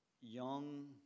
young